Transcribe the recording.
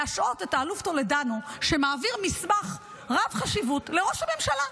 להשעות את האלוף טולדנו שמעביר מסמך רב חשיבות לראש הממשלה?